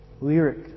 Lyric